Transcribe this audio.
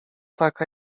taka